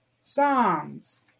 songs